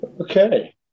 Okay